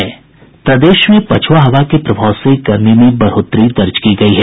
प्रदेश में पछ़्आ हवा के प्रभाव से गर्मी में बढ़ोतरी दर्ज की गयी है